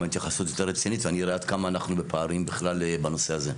התייחסות יותר רצינית ואני אראה עד כמה אנחנו בפערים בכלל בנושא הזה.